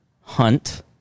Hunt